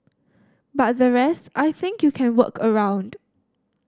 but the rest I think you can work around